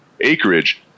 acreage